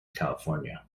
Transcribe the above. california